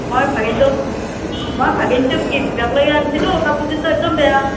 মই ভাগিনটোক মই ভাগিনটোক গিফ্ট দিবাক লেগি আন্ছিলোঁ কাপোৰযোৰটো একদম বেয়া